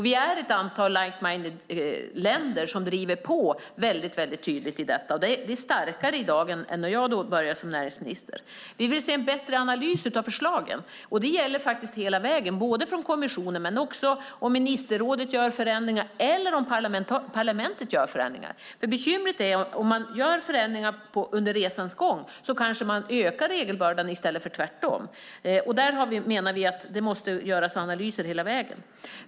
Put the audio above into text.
Vi är ett antal like-minded-länder som driver på tydligt i detta. Det är starkare i dag än när jag började som näringsminister. Vi vill se en bättre analys av förslagen. Det gäller hela vägen, både kommissionen och vilka förändringar ministerrådet eller parlamentet gör. Bekymret är att om man gör förändringar under resans gång kanske man ökar regelbördan i stället för tvärtom. Vi menar därför att det måste göras analyser hela vägen.